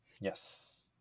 Yes